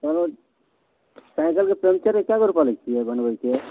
कहलहुँ साइकलके पञ्चरके कए गो रुपैआ लै छियै बनबैके